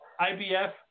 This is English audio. IBF